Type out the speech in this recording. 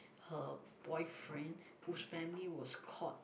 her boyfriend whose family was caught